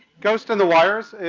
ghost in the wires,